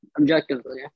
objectively